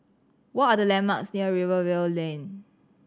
what are the landmarks near Rivervale Lane